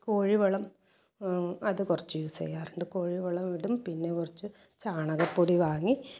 കോഴിവളം അത് കുറച്ച് യൂസ് ചെയ്യാറുണ്ട് കോഴി വളം ഇടും പിന്നെ കുറച്ച് ചാണകപ്പൊടി വാങ്ങി